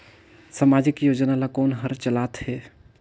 समाजिक योजना ला कोन हर चलाथ हे?